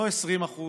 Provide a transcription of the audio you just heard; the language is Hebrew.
לא 20%,